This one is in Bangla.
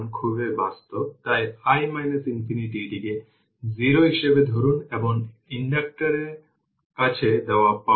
পরবর্তীতে ক্যাপাসিটার C1 এবং C2 এর স্টোরড ইনিশিয়াল এনার্জি গণনা করুন